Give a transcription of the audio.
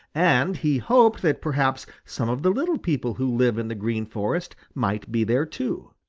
and he hoped that perhaps some of the little people who live in the green forest might be there too.